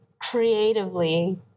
creatively